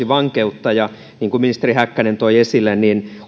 vankeutta ja niin kuin ministeri häkkänen toi esille